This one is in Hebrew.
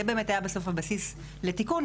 זה היה הבסיס לתיקון,